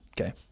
okay